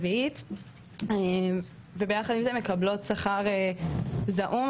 הרביעית שלנו וביחד עם זאת מקבלות שכר זעום.